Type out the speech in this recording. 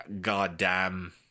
goddamn